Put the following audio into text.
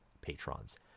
Patrons